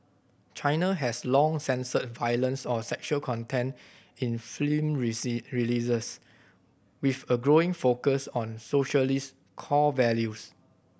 China has long censored violence or sexual content in film releases with a growing focus on socialist core values